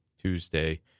Tuesday